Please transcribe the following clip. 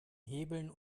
hebeln